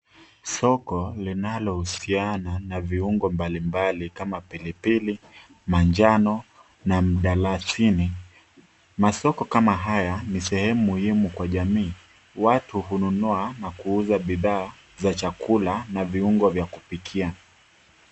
Soko linalohusiana na viungo mbalimbali kama pilipili, manjano na mdalasini. Masoko kama haya ni sehemu muhimu kwa jamii. Watu hununua na kuuza bidhaa za chakula na viungo vya kupikia.